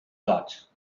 got